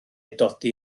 dodi